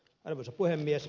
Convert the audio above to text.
arvoisa puhemies